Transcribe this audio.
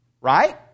Right